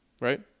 right